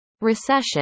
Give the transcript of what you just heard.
recession